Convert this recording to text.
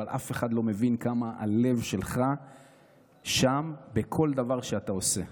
אבל אף אחד לא מבין כמה הלב שלך שם בכל דבר שאתה עושה.